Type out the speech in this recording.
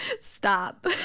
Stop